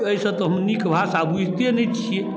एहिसँ तऽ हम नीक भाषा बुझिते नहि छियै